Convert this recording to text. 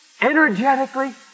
energetically